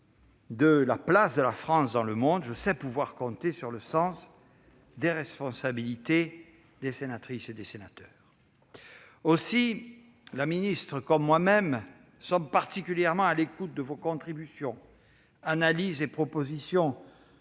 de la place de la France dans le monde, je sais pouvoir compter sur le sens des responsabilités des sénatrices et des sénateurs. Aussi, la ministre et moi-même sommes particulièrement à l'écoute de vos contributions, analyses et propositions